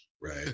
right